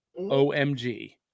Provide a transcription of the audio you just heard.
OMG